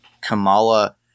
Kamala